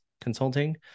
Consulting